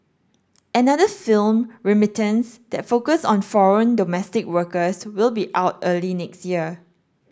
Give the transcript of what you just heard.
another film Remittance that focus on foreign domestic workers will be out early next year